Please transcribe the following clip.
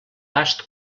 vast